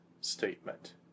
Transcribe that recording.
statement